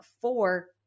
four